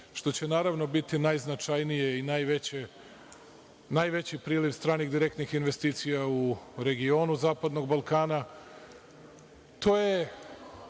što će naravno biti najznačajnije i najveći priliv stranih direktnih investicija u regionu zapadnog Balkana. To